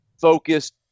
focused